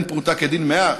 דין פרוטה כדין מאה,